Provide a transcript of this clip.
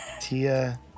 tia